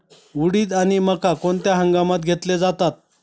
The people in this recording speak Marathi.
उडीद आणि मका कोणत्या हंगामात घेतले जातात?